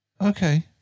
Okay